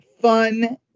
fun